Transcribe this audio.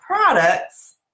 products